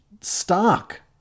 stark